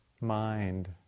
mind